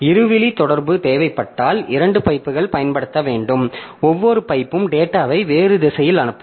இருவழி தொடர்பு தேவைப்பட்டால் இரண்டு பைப்புகள் பயன்படுத்தப்பட வேண்டும் ஒவ்வொரு பைப்பும் டேட்டாவை வேறு திசையில் அனுப்பும்